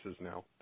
Now